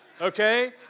okay